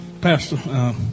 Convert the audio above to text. Pastor